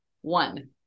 One